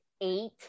eight